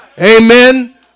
Amen